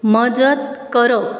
मजत करप